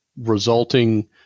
resulting